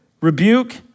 rebuke